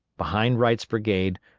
behind wright's brigade,